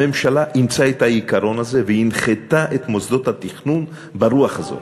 הממשלה אימצה את העיקרון הזה והנחתה את מוסדות התכנון ברוח הזאת.